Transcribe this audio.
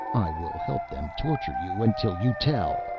i will help them torture you until you tell.